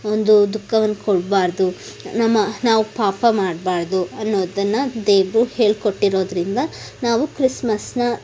ಒಂದು ದುಃಖವನ್ನು ಕೊಡಬಾರ್ದು ನಮ್ಮ ನಾವು ಪಾಪ ಮಾಡಬಾರ್ದು ಅನ್ನೋದನ್ನು ದೇವರು ಹೇಳ್ಕೊಟ್ಟಿರೋದ್ರಿಂದ ನಾವು ಕ್ರಿಸ್ಮಸನ್ನು